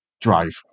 drive